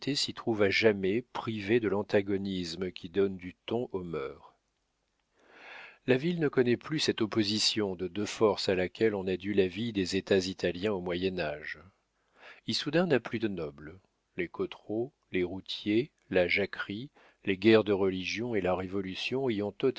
s'y trouve à jamais privée de l'antagonisme qui donne du ton aux mœurs la ville ne connaît plus cette opposition de deux forces à laquelle on a dû la vie des états italiens au moyen-âge issoudun n'a plus de nobles les cottereaux les routiers la jacquerie les guerres de religion et la révolution